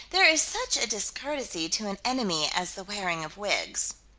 there is such a discourtesy to an enemy as the wearing of wigs.